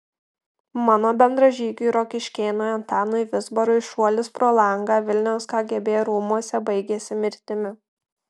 mano bendražygiui rokiškėnui antanui vizbarui šuolis pro langą vilniaus kgb rūmuose baigėsi mirtimi